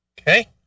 Okay